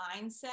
mindset